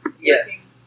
Yes